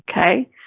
Okay